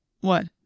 What